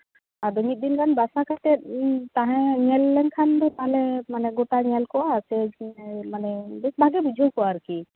ᱟᱫᱚ ᱢᱤᱫ ᱫᱤᱱ ᱜᱟᱱ ᱵᱟᱥᱟ ᱠᱟᱛᱮ ᱛᱟᱦᱮᱸ ᱧᱮᱞ ᱞᱮ ᱠᱷᱟᱱ ᱛᱟᱞᱦᱮ ᱢᱟᱱᱮ ᱜᱚᱴᱟ ᱧᱮᱞ ᱠᱚᱜᱼᱟ ᱥᱮ ᱢᱟᱱᱮ ᱵᱮᱥ ᱵᱷᱟᱜᱮ ᱵᱩᱡᱷᱟᱹᱣ ᱠᱚᱜᱼᱟ ᱟᱨᱠᱤ